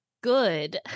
good